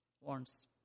wants